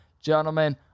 Gentlemen